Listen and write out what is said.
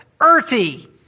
earthy